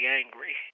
angry